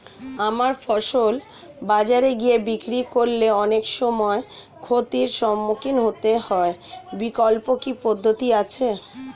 আমার ফসল বাজারে গিয়ে বিক্রি করলে অনেক সময় ক্ষতির সম্মুখীন হতে হয় বিকল্প কি পদ্ধতি আছে?